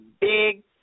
big